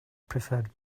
preferred